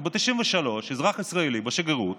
כי ב-1993 אזרח ישראלי בשגרירות